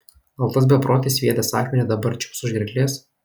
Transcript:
gal tas beprotis sviedęs akmenį dabar čiups už gerklės